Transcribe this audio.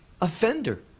offender